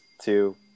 two